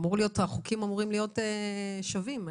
החוקים אמורים להיות שווים.